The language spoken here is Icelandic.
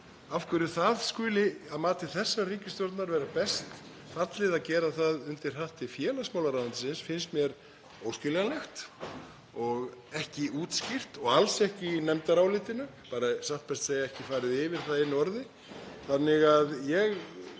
Af hverju það skuli, að mati þessarar ríkisstjórnar, vera best til þess fallið að gera það undir hatti félagsmálaráðuneytisins finnst mér óskiljanlegt og ekki útskýrt og alls ekki í nefndarálitinu, satt best að segja ekki farið yfir það einu orði. Ég geri